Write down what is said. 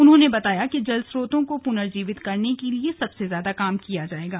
उन्होंने बताया कि जल स्रोतों को पुनर्जीवित करने के लिए सबसे ज्यादा काम किया जाएगा